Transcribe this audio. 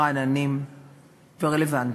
רעננים ורלוונטיים.